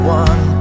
one